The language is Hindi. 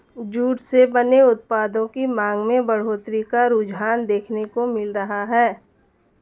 जूट से बने उत्पादों की मांग में बढ़ोत्तरी का रुझान देखने को मिल रहा है